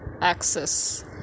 access